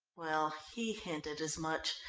well, he hinted as much,